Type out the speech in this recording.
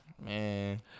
Man